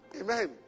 Amen